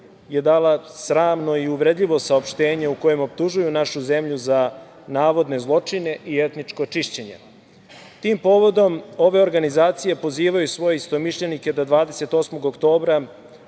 je dala sramno i uvredljivo saopštenje u kojem optužuju našu zemlju za navodne zločine i etničko čišćenje. Tim povodom, ove organizacije pozivaju svoje istomišljenike da 28. oktobra